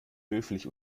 höflich